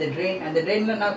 I don't know